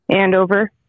Andover